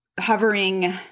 hovering